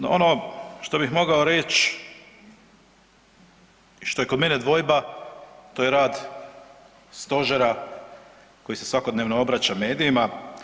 No, ono što bih mogao reć i što je kod mene dvojba to je rad stožera koji se svakodnevno obraća medijima.